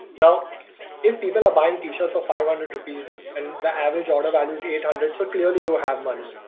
now if people are buying t-shirts for five hundred rupees and the average order value eight hundred. so clearly you have money,